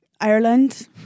Ireland